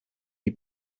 die